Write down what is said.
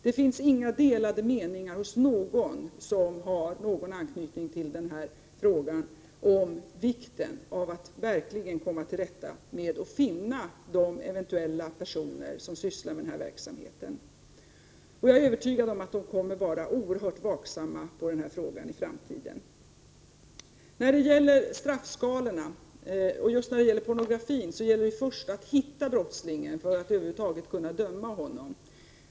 Det finns inga delade meningar hos någon som har någon anknytning till den här frågan om vikten av att verkligen komma till rätta med och finna de eventuella personer som sysslar med denna verksamhet. Jag är övertygad om att dessa myndigheter kommer att vara oerhört vaksamma i den här frågan i framtiden. Beträffande straffskalorna och just pornografin gäller det att först hitta brottslingen för att över huvud taget kunna döma honom.